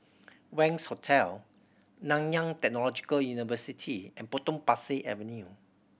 Wangz Hotel Nanyang Technological University and Potong Pasir Avenue